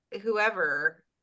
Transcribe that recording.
whoever